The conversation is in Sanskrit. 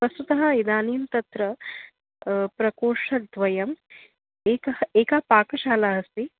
वस्तुतः इदानीं तत्र प्रकोष्ठद्वयम् एका एका पाकशाला अस्ति